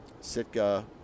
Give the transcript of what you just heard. sitka